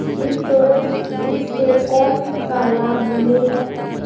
Insurance इस से कोन सा लाभ मिले है?